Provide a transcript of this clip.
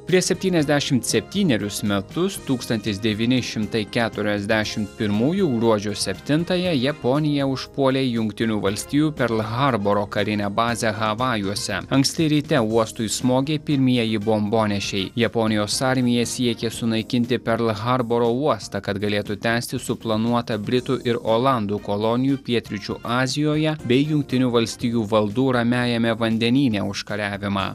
prieš septyniasdešimt septynerius metus tūkstantis devyni šimtai keturiasdešimt pirmųjų gruodžio septintąją japonija užpuolė jungtinių valstijų perl harboro karinę bazę havajuose anksti ryte uostui smogė pirmieji bombonešiai japonijos armija siekė sunaikinti perl harboro uostą kad galėtų tęsti suplanuotą britų ir olandų kolonijų pietryčių azijoje bei jungtinių valstijų valdų ramiajame vandenyne užkariavimą